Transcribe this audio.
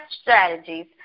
strategies